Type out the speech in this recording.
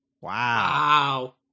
wow